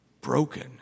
broken